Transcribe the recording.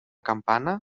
campana